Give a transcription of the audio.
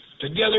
Together